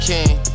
King